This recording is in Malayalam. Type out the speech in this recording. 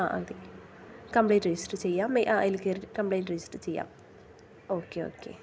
ആ അതെ കംപ്ലൈൻറ്റ് രജിസ്റ്റർ ചെയ്യാം മെ അതിൽ കയറി കംപ്ലൈൻറ്റ് രജിസ്റ്റർ ചെയ്യാം ഓക്കേ ഓക്കെ